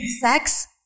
Sex